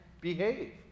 behave